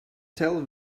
tell